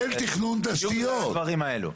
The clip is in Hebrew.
תיאום של הדברים האלו.